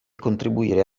contribuire